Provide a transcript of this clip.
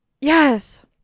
Yes